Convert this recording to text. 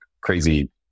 crazy